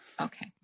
Okay